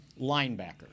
linebacker